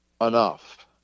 enough